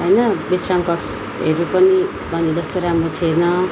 होइन विश्राम कक्षहरू पनि भने जस्तो राम्रो थिएन